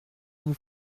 vous